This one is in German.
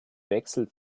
wechsel